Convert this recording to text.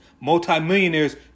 Multi-millionaires